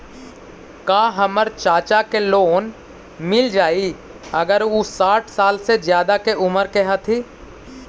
का हमर चाचा के लोन मिल जाई अगर उ साठ साल से ज्यादा के उमर के हथी?